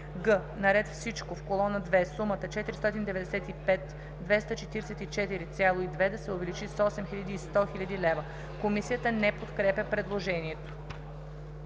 г) на ред „Всичко:“, в колона 2 сумата „495 244,2“ да се увеличи с 8 100,0 хил. лв.“ Комисията не подкрепя предложението.